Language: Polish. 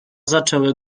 zaczęły